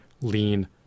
lean